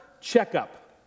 checkup